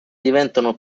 diventano